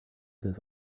this